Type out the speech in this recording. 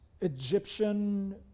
Egyptian